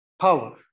power